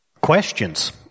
questions